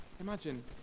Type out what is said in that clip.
Imagine